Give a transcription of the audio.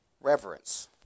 reverence